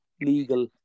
legal